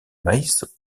maïs